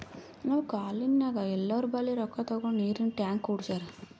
ನಮ್ ಕಾಲ್ನಿನಾಗ್ ಎಲ್ಲೋರ್ ಬಲ್ಲಿ ರೊಕ್ಕಾ ತಗೊಂಡ್ ನೀರಿಂದ್ ಟ್ಯಾಂಕ್ ಕುಡ್ಸ್ಯಾರ್